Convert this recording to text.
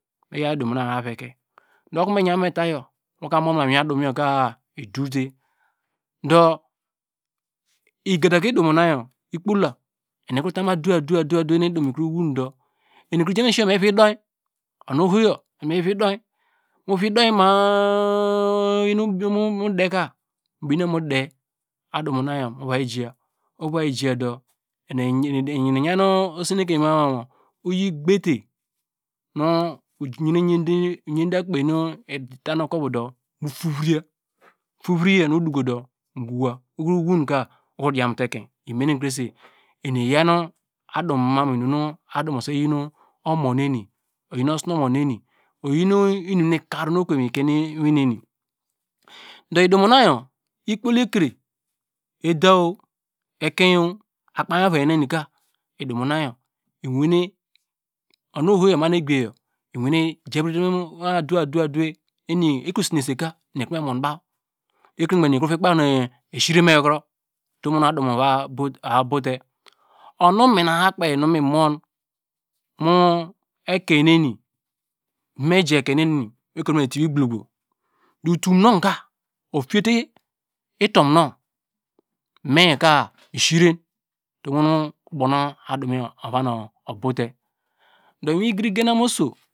Eyaw adumona evra veke du okonu eyemeta yor woka mu mum ma mu iwin adumu yor idowte do igadaga idimona yor ikpola eni ekro ta mun adewei nu idumo na iwon du eni ekro ja me si yor me viyi idion unu ohoyor emi me viyi idion miviye idion ma- a oyin inum mu der ka mu der adumo na mu vayi jiya ovayi ji yaw du eni eyan oseneken oyi abeta nu oyan akpe nu itan okwuvo du mu tovri yaw ufovry nu udoko du owoi ka okro dion mu utu ekein imene krese em euan adumo ubese yin omonese uyin osnumoneni oyin inunu ikar okuve ikiyin iwinene fu idumo na you ikol ekre ada ekein akpar avai ne ni ka idumo na yor iwine uno ohor yor manor egbiye yor iwene javrite mu adowei adowei ikro seneseka ekre nu ogbanke eni ekroveke koba esre meyiokro utum okonu adumo ova bute unu mina ka kpei nu mi mon mu ekein nej me kotumo etibigbologbo do utum nu ka ofiyete itum nu meka misire utum ubownu adumoyor avanu obote du miyi griri genam oso.